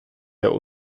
der